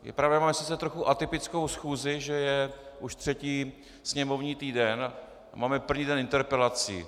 Je pravda, máme sice trochu atypickou schůzi, že je už třetí sněmovní týden a máme první den interpelací.